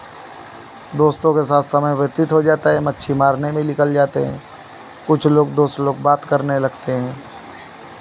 दोस्तों के साथ समय व्यतीत हो जाता है मच्छी मारने में निकल जाता हैं कुछ लोग दोस्त लोग बात करने लगते हैं